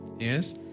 Yes